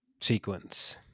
sequence